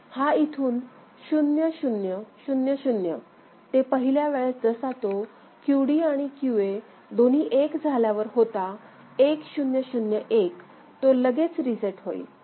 हा इथून 0000 ते पहिल्या वेळेस जसा तो QD आणि QA दोन्ही एक झाल्यावर होता 1001 तो लगेच रीसेट होईल